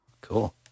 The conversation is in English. Cool